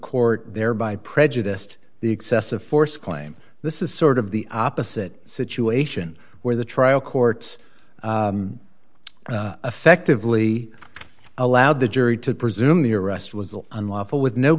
court thereby prejudiced the excessive force claim this is sort of the opposite situation where the trial courts effectively allowed the jury to presume the arrest was unlawful with no